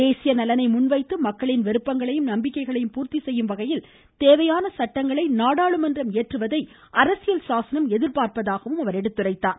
தேசிய நலனை முன்வைத்து மக்களின் விருப்பங்களையும் நம்பிக்கைகளையும் பூர்த்தி செய்யும் வகையில் தேவையான சட்டங்களை நாடாளுமன்றம் இயற்றுவதை அரசியல் சாசனம் எதிர்பார்ப்பதாக அவர் எடுத்துரைத்தார்